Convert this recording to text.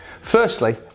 Firstly